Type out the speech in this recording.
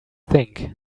think